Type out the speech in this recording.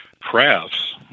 crafts